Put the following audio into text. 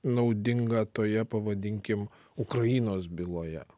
naudinga toje pavadinkim ukrainos byloje